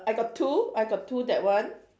I got two I got two that one